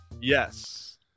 Yes